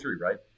right